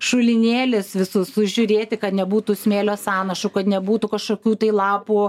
šulinėlis visus sužiūrėti kad nebūtų smėlio sąnašų kad nebūtų kažkokių tai lapų